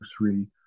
three